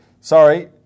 sorry